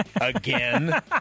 Again